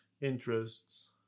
interests